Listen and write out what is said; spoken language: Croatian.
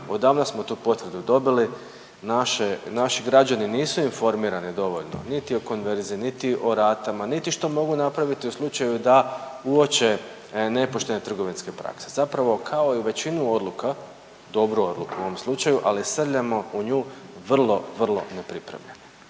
odavno smo tu potvrdu dobili, naše, naši građani nisu informirani dovoljno niti o konverziji, niti o ratama, niti što mogu napraviti u slučaju da uoče nepoštene trgovinske prakse, zapravo kao i u većini odluka, dobra je odluka u ovom slučaju, ali srljamo u nju vrlo, vrlo nepripremljeni.